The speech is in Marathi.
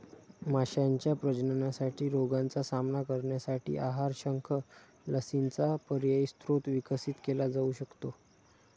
माशांच्या प्रजननासाठी रोगांचा सामना करण्यासाठी आहार, शंख, लसींचा पर्यायी स्रोत विकसित केला जाऊ शकतो